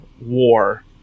war